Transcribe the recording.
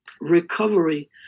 recovery